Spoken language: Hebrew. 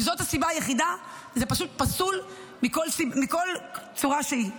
אם זאת הסיבה היחידה, זה פשוט פסול בכל צורה שהיא.